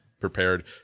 prepared